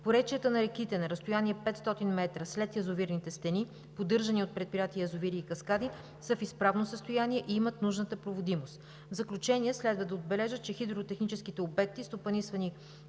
поречията на реките – на разстояние 500 метра след язовирните стени, поддържани от предприятие „Язовири и каскади“, те са в изправно състояние и имат нужната проводимост. В заключение, следва да отбележа, че хидротехническите обекти, стопанисвани